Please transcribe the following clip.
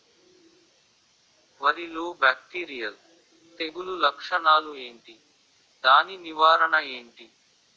వరి లో బ్యాక్టీరియల్ తెగులు లక్షణాలు ఏంటి? దాని నివారణ ఏంటి?